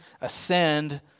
ascend